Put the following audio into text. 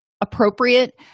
appropriate